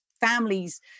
families